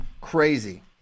Crazy